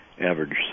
average